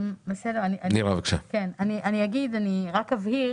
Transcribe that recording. אני רק אבהיר.